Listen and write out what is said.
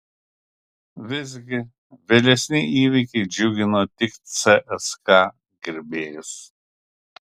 visgi vėlesni įvykiai džiugino tik cska gerbėjus